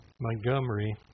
Montgomery